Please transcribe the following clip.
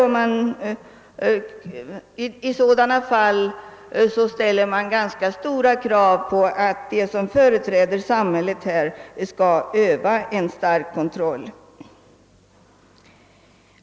I sådana fall ställs det ganska stora krav på att de som företräder samhället i dessa frågor skall utöva en sträng kontroll.